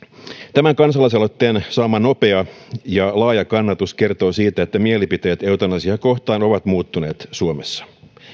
tämän kansalaisaloitteen saama nopea ja laaja kannatus kertoo siitä että mielipiteet eutanasiaa kohtaan ovat muuttuneet suomessa